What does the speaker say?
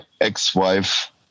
ex-wife